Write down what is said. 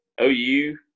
OU